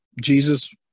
Jesus